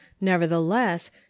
Nevertheless